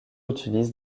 utilise